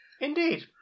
Indeed